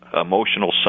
emotional